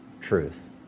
truth